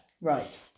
right